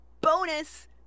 bonus